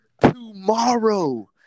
Tomorrow